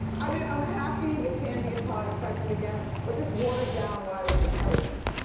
i mean i'm happy that kandi and todd are pregnant again, but this waters down riley's inheritance.